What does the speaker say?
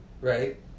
right